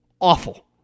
awful